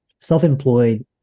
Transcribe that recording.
self-employed